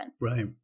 Right